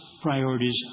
priorities